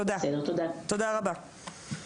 תודה רבה.